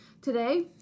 today